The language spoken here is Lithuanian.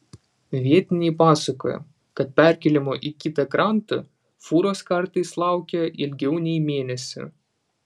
vietiniai pasakoja kad perkėlimo į kitą krantą fūros kartais laukia ilgiau nei mėnesį